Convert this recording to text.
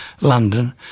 London